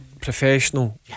professional